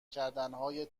کردنهای